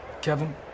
Kevin